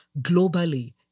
Globally